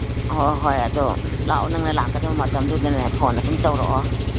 ꯑꯣ ꯑꯣ ꯍꯣꯏ ꯑꯗꯨ ꯂꯥꯛꯑꯣ ꯅꯪꯅ ꯂꯥꯛꯀꯗꯕ ꯃꯇꯝꯗꯨꯗꯅꯦ ꯐꯣꯟ ꯑꯗꯨꯝ ꯇꯧꯔꯛꯑꯣ